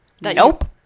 Nope